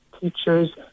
teachers